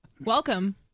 Welcome